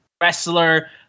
wrestler